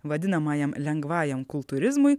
vadinamajam lengvajam kultūrizmui